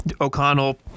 O'Connell